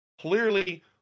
clearly